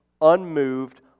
unmoved